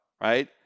right